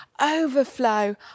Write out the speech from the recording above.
overflow